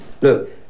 look